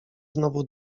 znowu